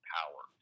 power